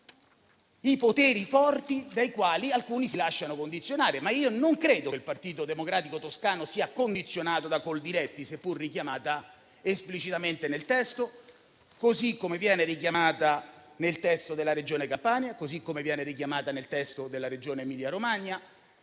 i poteri forti dai quali alcuni si lasciano condizionare. Non credo però che il Partito Democratico toscano sia condizionato da Coldiretti, seppur richiamata esplicitamente nel testo, così come viene richiamata nel testo della Regione Campania e nel testo della Regione Emilia Romagna.